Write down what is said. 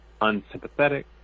unsympathetic